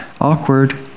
awkward